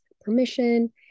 permission